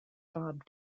bob